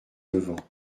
levant